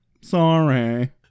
Sorry